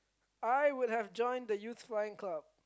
I would have joined the youth flying club